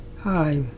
hi